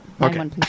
Okay